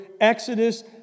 Exodus